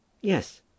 Yes